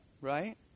right